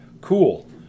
Cool